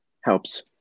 helps